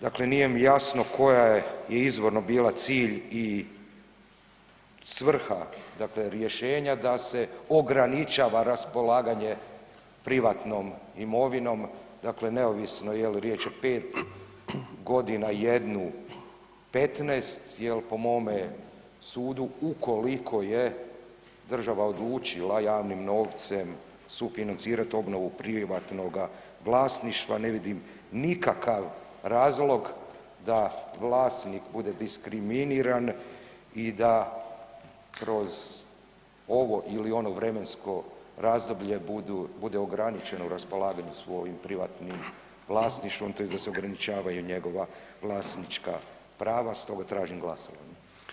Dakle nije mi jasno koja je izvorno bila cilj i svrha rješenja da se ograničava raspolaganje privatnom imovinom, dakle neovisno je li riječ o pet godina, jednu, petnaest jel po mome sudu ukoliko je država odlučila javnim novcem sufinancirati obnovu privatnoga vlasništva, ne vidim razlog da vlasnik bude diskriminiran i da kroz ovo ili ono vremensko razdoblje bude ograničeno raspolaganjem svojim privatnim vlasništvom tj. da se ograničavaju njegova vlasnička prava, stoga tražim glasanje.